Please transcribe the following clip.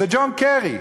זה ג'ון קרי,